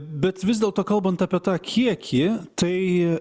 bet vis dėlto kalbant apie tą kiekį tai